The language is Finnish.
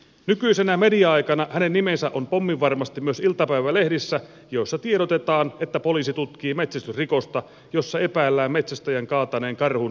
nykyisenä media aikana hänen nimensä on pomminvarmasti myös iltapäivälehdissä joissa tiedotetaan että poliisi tutkii metsästysrikosta jossa epäillään metsästäjän kaataneen karhun metsästyslain vastaisesti